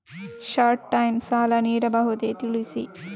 Short time ಸಾಲ ನೀಡಬಹುದೇ ತಿಳಿಸಿ?